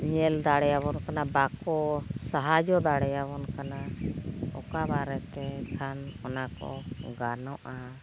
ᱧᱮᱞ ᱫᱟᱲᱮᱭᱟᱵᱚᱱ ᱠᱟᱱᱟ ᱵᱟᱠᱚ ᱥᱟᱦᱟᱡᱽᱡᱚ ᱫᱟᱲᱮᱭᱟᱵᱚᱱ ᱠᱟᱱᱟ ᱚᱠᱟ ᱵᱟᱨᱮᱛᱮ ᱠᱷᱟᱱ ᱚᱱᱟ ᱠᱚ ᱜᱟᱱᱚᱜᱼᱟ